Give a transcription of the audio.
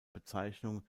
bezeichnung